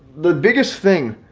the biggest thing,